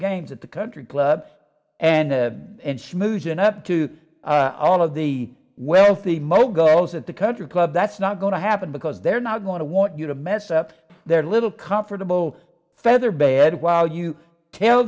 games at the country club and and schmooze enough to all of the wealthy moguls at the country club that's not going to happen because they're not going to want you to mess up their little comfortable feather bed while you tell